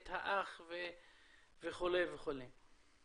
את האח וכו' וכו'.